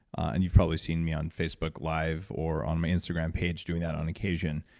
and you've probably seen me on facebook live or on my instagram page doing that on occasion,